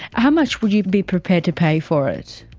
how much would you be prepared to pay for it?